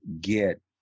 get